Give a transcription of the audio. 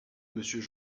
monsieur